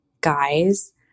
Guys